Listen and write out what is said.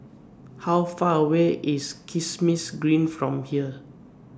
How Far away IS Kismis Green from here